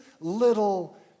little